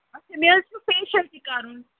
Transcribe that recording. اَچھا مےٚ حظ چھُو فیٚشل تہِ کَرُن